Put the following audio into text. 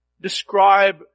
describe